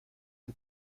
del